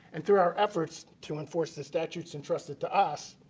and through our efforts to enforce the statute entrusted to us,